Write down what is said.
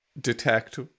detect